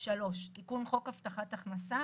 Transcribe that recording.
תיקון חוק הבטחת הכנסה,